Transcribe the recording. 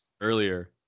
Earlier